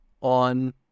on